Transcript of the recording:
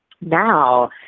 now